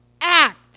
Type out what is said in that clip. act